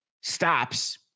stops